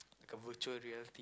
a virtual reality